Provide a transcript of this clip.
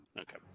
Okay